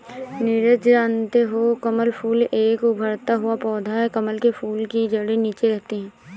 नीरज जानते हो कमल फूल एक उभरता हुआ पौधा है कमल के फूल की जड़े नीचे रहती है